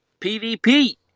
PvP